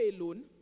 alone